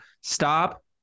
Stop